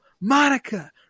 Monica